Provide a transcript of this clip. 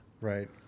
right